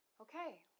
Okay